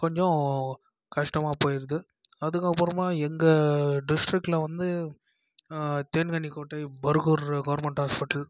கொஞ்சம் கஷ்டமாக போயிருது அதுக்கப்புறமா எங்கள் டிஸ்ட்ரிக்கில் வந்து Denkanikottai Bargur government hospital